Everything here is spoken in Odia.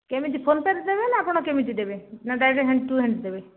କେମିତି ଫୋନେପେରେ ଦେବେ ନା ଆପଣ କେମିତି ଦେବେ ନା ଡାଇରେକ୍ଟ ହ୍ୟାଣ୍ଡ ଟୁ ହ୍ୟାଣ୍ଡ ଦେବେ